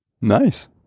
Nice